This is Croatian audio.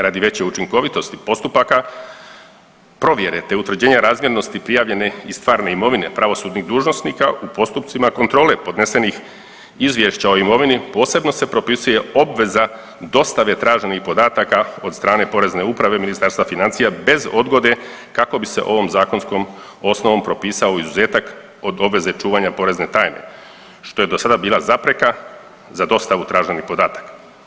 Radi veće učinkovitosti postupaka provjere te utvrđenja razmjernosti prijavljene i stvarne imovine pravosudnih dužnosnika u postupcima kontrole podnesenih izvješća o imovini posebno se propisuje obveza dostave traženih podataka od strane Porezne uprave Ministarstva financija bez odgode kako bi se ovom zakonskom osnovom propisao izuzetak od obveze čuvanja porezne tajne što je dosada bila zapreka za dostavu traženih podataka.